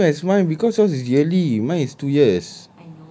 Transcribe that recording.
yours is same as mine because yours is yearly mine is two years